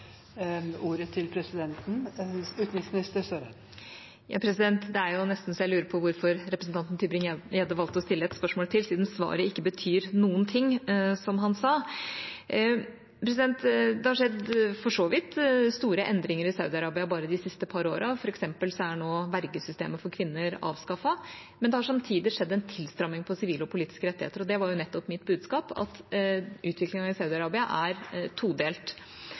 Presidenten må be representanten Tybring-Gjedde om å la talen gå via presidenten. Det er nesten så jeg lurer på hvorfor representanten Tybring-Gjedde valgte å stille et spørsmål til siden svaret ikke betyr noen ting, som han sa. Det har for så vidt skjedd store endringer i Saudi-Arabia bare de siste par årene. For eksempel er nå vergesystemet for kvinner avskaffet, men det har samtidig skjedd en tilstramming når det gjelder sivile og politiske rettigheter. Mitt budskap var nettopp at utviklingen i Saudi-Arabia er todelt.